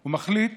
הוא מחליט